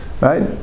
Right